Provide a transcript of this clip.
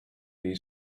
jej